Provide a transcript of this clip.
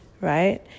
right